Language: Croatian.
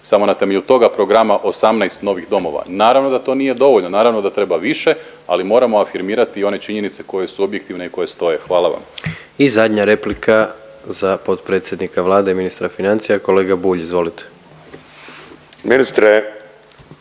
samo na temelju toga programa 18 novih domova. Naravno da to nije dovoljno, naravno da treba više, ali moramo afirmirati i one činjenice koje su objektivne i koje stoje. Hvala vam. **Jandroković, Gordan (HDZ)** I zadnja replika za potpredsjednika Vlade i ministra financija kolega Bulj. Izvolite. **Bulj,